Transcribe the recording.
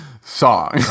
song